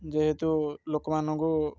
ଯେହେତୁ ଲୋକମାନଙ୍କୁ